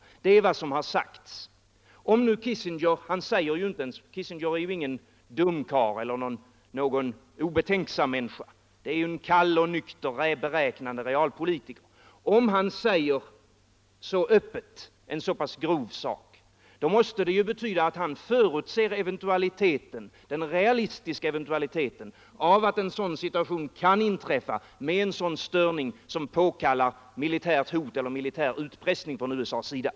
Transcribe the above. Det är vad som har sagts. Herr Kissinger är ingen dum karl eller någon obetänksam människa. Det är en kall och nykter, beräknande realpolitiker. Om han så öppet säger en så pass grov sak måste det betyda att han förutser den realistiska eventualiteten av att en situation kan inträffa med en sådan störning som påkallar militärt hot eller militär utpressning från USA:s sida.